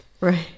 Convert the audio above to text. right